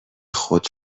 خود